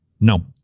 No